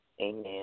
amen